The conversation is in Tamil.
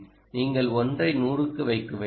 நீங்கள் 1 ஐ 100 க்கு வைக்க வேண்டுமா